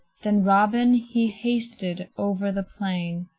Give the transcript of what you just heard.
then robin he hasted over the plain,